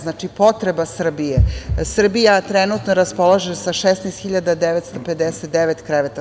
Znači, potreba Srbije, Srbija trenutno raspolaže sa 16.959 kreveta.